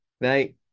right